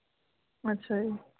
ਅੱਛਾ ਜੀ